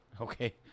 Okay